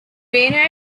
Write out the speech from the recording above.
rainier